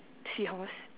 seahorse